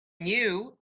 knew